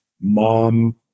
mom